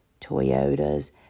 Toyotas